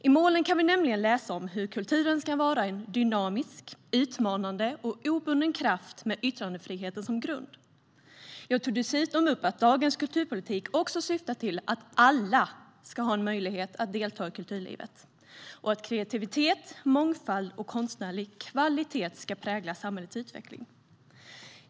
I målen kan vi nämligen läsa om hur kulturen ska vara en dynamisk, utmanande och obunden kraft med yttrandefriheten som grund. Jag tog dessutom upp att dagens kulturpolitik också syftar till att alla ska ha en möjlighet att delta i kulturlivet och att kreativitet, mångfald och konstnärlig kvalitet ska prägla samhällets utveckling.